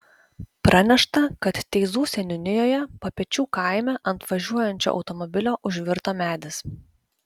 pranešta kad teizų seniūnijoje papečių kaime ant važiuojančio automobilio užvirto medis